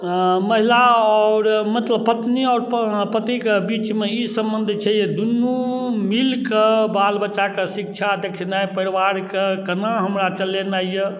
अऽ महिला आओर मतलब पत्नी आओर पतिके बीचमे ई सम्बन्ध छै जे दुनू मिलकऽ बाल बच्चाके शिक्षा देखनाइ परिवारके केना हमरा चलेनाइ यऽ